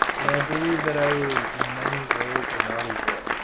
and i believe that i was in many ways a naughty boy.